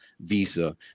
Visa